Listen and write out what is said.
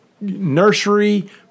nursery